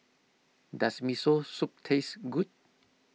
does Miso Soup taste good